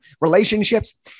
relationships